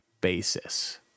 basis